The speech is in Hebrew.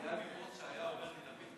שהיה אומר לי: